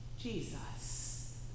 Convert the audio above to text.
Jesus